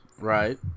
Right